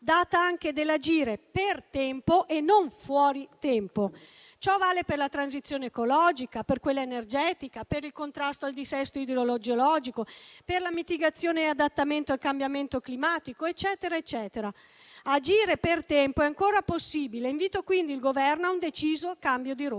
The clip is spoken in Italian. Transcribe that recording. data anche dall'agire per tempo e non fuori tempo. Ciò vale per la transizione ecologica, per quella energetica, per il contrasto al dissesto idrogeologico, per la mitigazione e adattamento al cambiamento climatico, eccetera. Agire per tempo è ancora possibile e, quindi, invito il Governo a un deciso cambio di rotta.